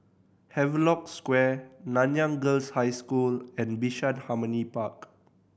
Havelock Square Nanyang Girls' High School and Bishan Harmony Park